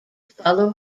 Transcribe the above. follow